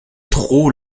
trop